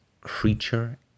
creature